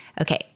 Okay